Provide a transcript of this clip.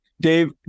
Dave